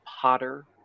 potter